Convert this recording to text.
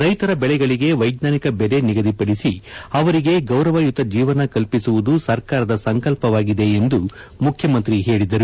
ರೈತರ ಬೆಳೆಗಳಿಗೆ ವೈಜ್ಞಾನಿಕ ಬೆಲೆ ನಿಗದಿಪಡಿಸಿ ಅವರಿಗೆ ಗೌರವಯುತ ಜೀವನ ಕಲ್ಪಿಸುವುದು ಸರ್ಕಾರದ ಸಂಕಲ್ಪವಾಗಿದೆ ಎಂದು ಮುಖ್ಯಮಂತ್ರಿ ಹೇಳಿದರು